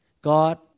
God